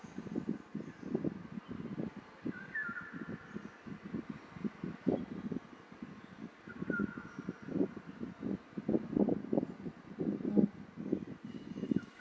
mm